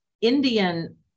Indian